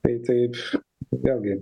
tai taip vėlgi